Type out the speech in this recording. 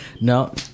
No